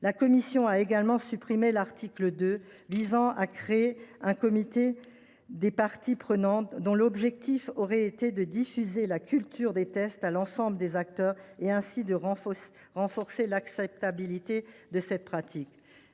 La commission a également supprimé l’article 2, visant à créer un comité des parties prenantes, dont l’objectif aurait été de diffuser la culture des tests à l’ensemble des acteurs et, ainsi, de renforcer l’acceptabilité de cette pratique.